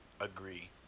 agree